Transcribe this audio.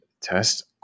test